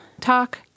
talk